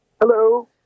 Hello